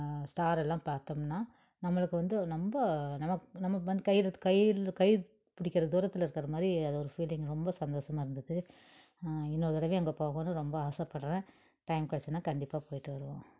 ஸ்டாரெல்லாம் பார்த்தோம்னா நம்மளுக்கு வந்து ரொம்ப நமக்கு நம்ம வந்து கையில் கைப் பிடிக்கிற தூரத்தில் இருக்கிற மாதிரி அது ஒரு ஃபீலிங் ரொம்ப சந்தோசமாக இருந்தது இன்னொரு தடவை அங்கே போகணும்னு ரொம்ப ஆசைப்பட்றேன் டைம் கிடச்சுதுனா கண்டிப்பாக போயிட்டு வருவோம்